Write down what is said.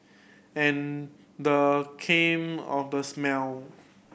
and the came on the smell